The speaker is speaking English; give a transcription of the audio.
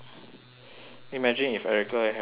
imagine if erika have gone here